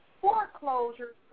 foreclosures